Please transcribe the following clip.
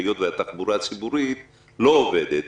היות והתחבורה הציבורית לא עובדת,